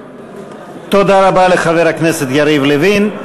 תודה רבה לחבר הכנסת יריב לוין.